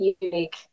unique